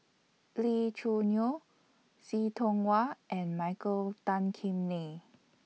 Lee Choo Neo See Tiong Wah and Michael Tan Kim Nei